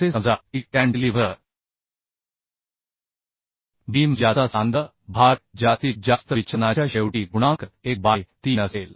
असे समजा की कॅन्टिलीव्हर बीम ज्याचा सांद्र भार जास्तीत जास्त विचलनाच्या शेवटी गुणांक 1 बाय 3 असेल